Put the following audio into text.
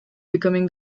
becoming